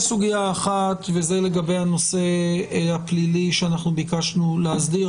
יש סוגיה אחת והיא לגבי הנושא הפלילי שאנחנו ביקשנו להסדיר.